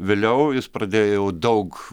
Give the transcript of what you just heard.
vėliau pradėjo jau daug